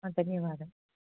धन्यवादः